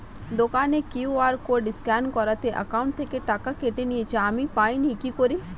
দোকানের QR code scan করাতে account থেকে টাকা কেটে নিয়েছে, আমি পাইনি কি করি?